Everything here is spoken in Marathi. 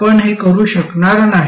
आपण हे करू शकणार नाही